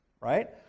right